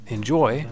Enjoy